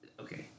Okay